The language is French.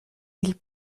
ils